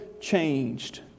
changed